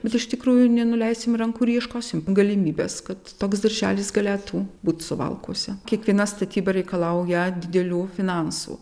bet iš tikrųjų nenuleisim rankų ir ieškosim galimybės kad toks darželis galėtų būt suvalkuose kiekviena statyba reikalauja didelių finansų